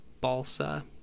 balsa